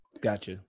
Gotcha